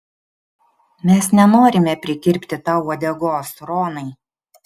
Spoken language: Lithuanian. mes nenorime prikirpti tau uodegos ronai